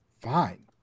fine